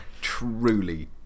truly